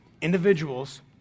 Individuals